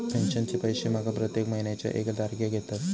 पेंशनचे पैशे माका प्रत्येक महिन्याच्या एक तारखेक येतत